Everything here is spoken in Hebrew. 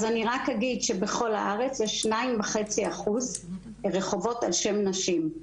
אז אני רק אגיד שבכל הארץ יש 2.5 אחוזים רחובות על שם נשים.